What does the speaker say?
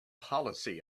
policy